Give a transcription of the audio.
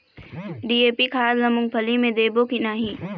DAP खाद ला मुंगफली मे देबो की नहीं?